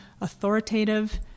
authoritative